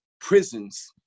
prisons